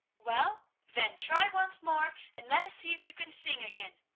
well, then try once more and let us see if you can sing again!